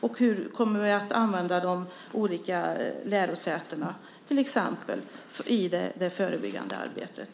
Och hur kommer vi att använda de olika lärosätena till exempel i det förebyggande arbetet?